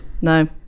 no